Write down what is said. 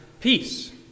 peace